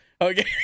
Okay